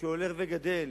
שהולך וגדל